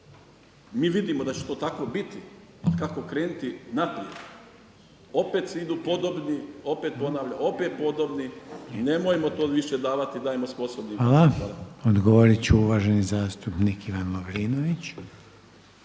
Mi vidimo da će to tako biti. Kako krenuti naprijed. Opet ponavljam opet podobni i nemojmo to više davati, dajmo sposobnima.